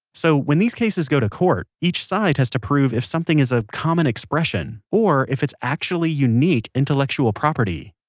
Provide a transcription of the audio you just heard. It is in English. so when these cases go to court, each side has to prove if something is a common expression, or if it's actually unique intellectual property